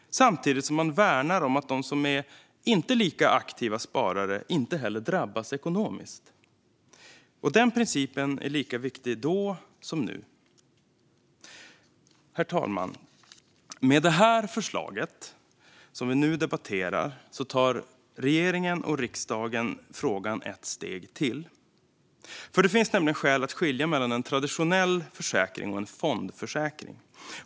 Samtidigt värnar man om att de som inte är lika aktiva sparare inte heller drabbas ekonomiskt. Den principen är lika viktig nu som den var då. Herr talman! Med det förslag vi nu debatterar tar regeringen och riksdagen frågan ett steg till. Det finns nämligen skäl att skilja på en traditionell försäkring och en fondförsäkring.